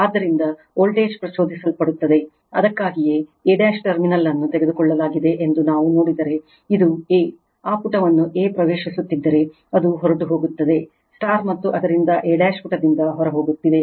ಆದ್ದರಿಂದ ವೋಲ್ಟೇಜ್ ಪ್ರಚೋದಿಸಲ್ಪಡುತ್ತದೆ ಅದಕ್ಕಾಗಿಯೇ a ಟರ್ಮಿನಲ್ ಅನ್ನು ತೆಗೆದುಕೊಳ್ಳಲಾಗಿದೆ ಎಂದು ನಾವು ನೋಡಿದರೆ ಇದು a ಆ ಪುಟವನ್ನು a ಪ್ರವೇಶಿಸುತ್ತಿದ್ದರೆ ಅದು ಹೊರಟು ಹೋಗುತ್ತದೆ ಮತ್ತು ಆದ್ದರಿಂದ a ಪುಟದಿಂದ ಹೊರಹೋಗುತ್ತಿದೆ